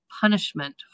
punishment